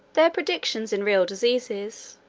their predictions in real diseases,